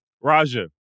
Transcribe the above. Raja